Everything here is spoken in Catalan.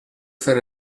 fer